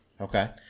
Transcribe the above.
Okay